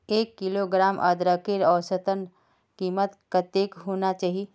एक किलोग्राम अदरकेर औसतन कीमत कतेक होना चही?